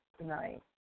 tonight